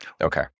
Okay